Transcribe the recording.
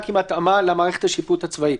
רק עם התאמה למערכת השיפוט הצבאית.